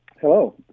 Hello